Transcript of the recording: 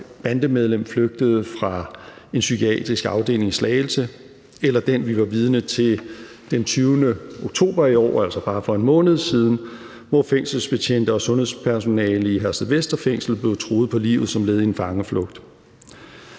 bandemedlem flygtede fra en psykiatrisk afdeling i Slagelse, eller den, vi var vidne til den 20. oktober i år – altså bare for en måned siden – hvor fængselsbetjente og sundhedspersonale i Herstedvester Fængsel blev truet på livet som led i en fangeflugt.